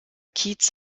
kietz